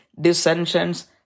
dissensions